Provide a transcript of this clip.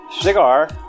Cigar